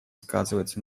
сказывается